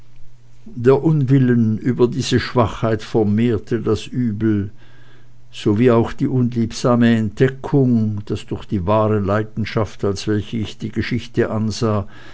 der unwillen über diese schwachheit vermehrte das übel so wie auch die unliebsame entdeckung daß durch die wahre leidenschaft als welche ich die geschichte ansah